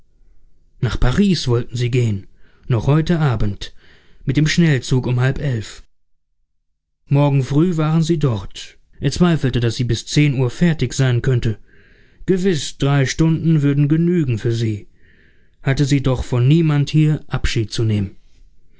nach paris wollten sie gehen noch heute abend mit dem schnellzug um halb elf uhr morgen früh waren sie dort er zweifelte daß sie bis zehn uhr fertig sein könnte gewiß drei stunden würden genügen für sie hatte sie doch von niemand hier abschied zu nehmen